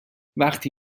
وقتی